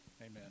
Amen